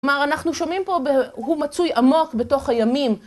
כלומר, אנחנו שומעים פה, הוא מצוי עמוק בתוך הימים.